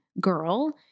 girl